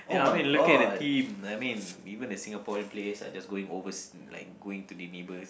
ya I mean looking at the team I mean even the Singaporean players are just going oversea like going to the neighbours